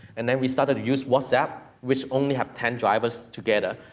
and then we started use whatsapp, which only has ten drivers together.